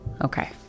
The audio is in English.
Okay